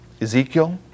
Ezekiel